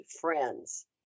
friends